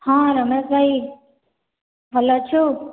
ହଁ ରମେଶ ଭାଇ ଭଲ ଅଛୁ